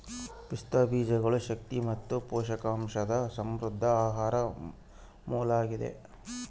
ಪಿಸ್ತಾ ಬೀಜಗಳು ಶಕ್ತಿ ಮತ್ತು ಪೋಷಕಾಂಶದ ಸಮೃದ್ಧ ಆಹಾರ ಮೂಲ ಆಗಿದೆ